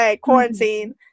quarantine